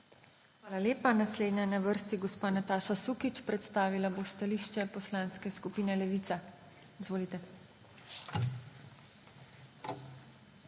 Hvala lepa. Naslednja je na vrsti gospa Nataša Sukič, predstavila bo stališče Poslanske skupine Levica. Izvolite.